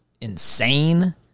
insane